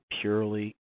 purely